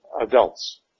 adults